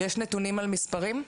יש נתונים על מספרים?